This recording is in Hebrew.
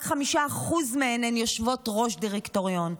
רק 5% מהן יושבות-ראש דירקטוריון.